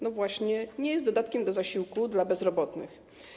No właśnie nie jest dodatkiem do zasiłku dla bezrobotnych.